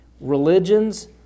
religions